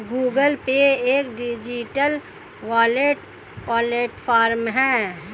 Google Pay एक digital wallet platform है